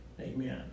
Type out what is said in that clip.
Amen